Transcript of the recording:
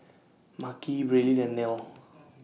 Makhi Braelyn and Nelle